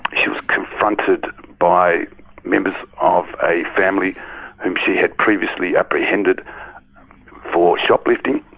she was confronted by members of a family whom she had previously apprehended for shoplifting.